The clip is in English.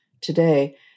today